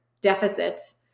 deficits